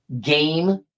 game